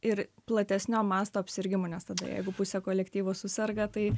ir platesnio masto apsirgimų nes tada jeigu pusė kolektyvo suserga tai